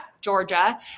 georgia